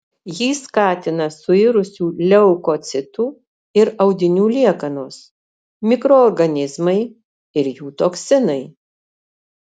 jį skatina suirusių leukocitų ir audinių liekanos mikroorganizmai ir jų toksinai